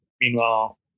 Meanwhile